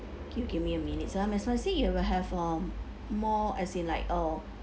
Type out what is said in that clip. can you give me a minute ah mac spicy you will have um more as in like uh